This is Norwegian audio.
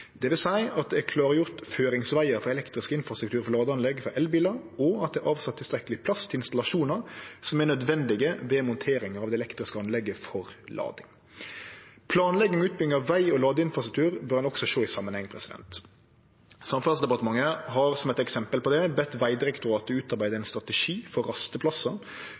at det er klargjort føringsvegar for elektrisk infrastruktur for ladeanlegg for elbilar, og at det er avsett tilstrekkeleg plass til installasjonar som er nødvendige ved montering av det elektriske anlegget for lading. Planlegging og utbygging av veg og ladeinfrastruktur bør ein også sjå i samanheng. Samferdselsdepartementet har som eit eksempel på det bede Vegdirektoratet utarbeide ein strategi for